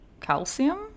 calcium